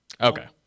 Okay